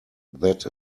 that